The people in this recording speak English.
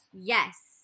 Yes